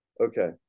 Okay